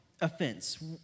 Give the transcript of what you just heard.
offense